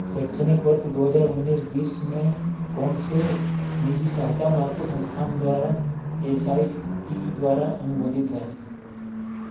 शैक्षणिक वर्ष दो हज़ार उन्नीस बीस में कौन से निजी सहायता प्राप्त संस्थान द्वारा एस आई टी द्वारा अनुमोदित हैं